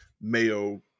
Mayo